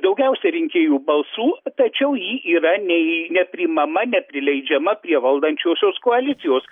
daugiausia rinkėjų balsų tačiau ji yra nei nepriimama neprileidžiama prie valdančiosios koalicijos